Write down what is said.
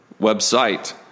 Website